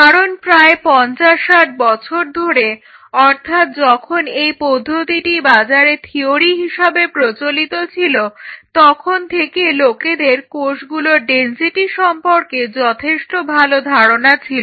কারণ প্রায় 50 60 বছর ধরে অর্থাৎ যখন এই পদ্ধতিটি বাজারে থিওরি হিসেবে প্রচলিত ছিল তখন থেকে লোকেদের কোষগুলোর ডেনসিটি সম্পর্কে যথেষ্ট ভাল ধারনা ছিল